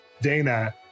Dana